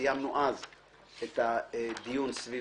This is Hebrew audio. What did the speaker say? סיימנו אז את הדיון סביב